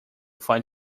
find